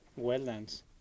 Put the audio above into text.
wetlands